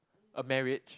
a marriage